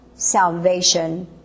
salvation